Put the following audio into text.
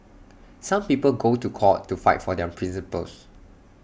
some people go to court to fight for their principles